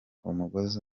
umugozi